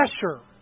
pressure